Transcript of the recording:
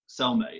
cellmate